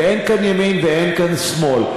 ואין כאן ימין ואין כאן שמאל.